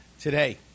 today